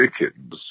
Dickens